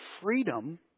freedom